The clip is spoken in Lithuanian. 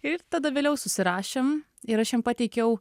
ir tada vėliau susirašėm ir aš jiem pateikiau